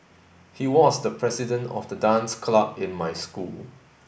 he was the president of the dance club in my school